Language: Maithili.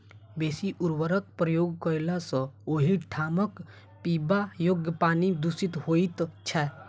बेसी उर्वरकक प्रयोग कयला सॅ ओहि ठामक पीबा योग्य पानि दुषित होइत छै